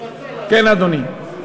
כן, אדוני.